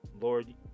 Lord